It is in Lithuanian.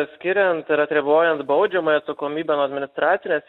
skiriant ir atribojant baudžiamąją atsakomybę nuo administracinės